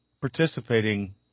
participating